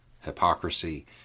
hypocrisy